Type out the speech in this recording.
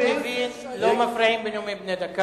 לא מפריעים בנאומים בני דקה.